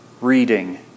reading